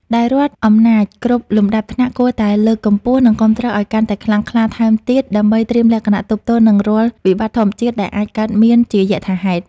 ដែលរដ្ឋអំណាចគ្រប់លំដាប់ថ្នាក់គួរតែលើកកម្ពស់ និងគាំទ្រឱ្យកាន់តែខ្លាំងក្លាថែមទៀត ដើម្បីត្រៀមលក្ខណៈទប់ទល់នឹងរាល់វិបត្តិធម្មជាតិដែលអាចកើតមានជាយថាហេតុ។